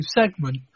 segment